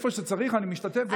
איפה שצריך, אני משתתף.